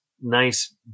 nice